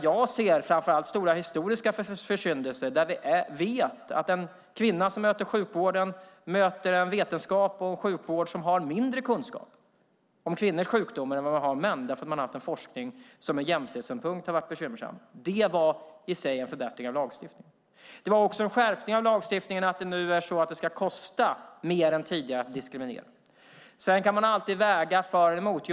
Jag ser framför allt stora historiska försyndelser. Den kvinna som möter sjukvården möter en vetenskap och en sjukvård som har mindre kunskap om kvinnors sjukdomar än om mäns, därför att man har haft en forskning som ur jämställdhetssynpunkt varit bekymmersam. Det var i sig en förbättring av lagstiftningen. Det var också en skärpning av lagstiftningen att det nu ska kosta mer än tidigare att diskriminera. Sedan kan man alltid väga för och emot.